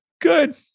good